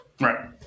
Right